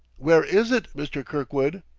where is it, mr. kirkwood?